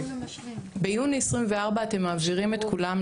ביוני 2024 אתם מעבירים את כולם,